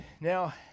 Now